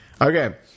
Okay